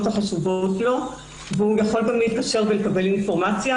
החשובות לו והוא יכול גם להתקשר ולקבל אינפורמציה.